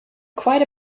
quite